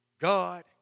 God